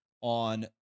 on